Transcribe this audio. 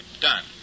done